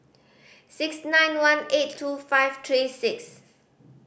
six nine one eight two five three six